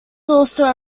also